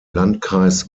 landkreis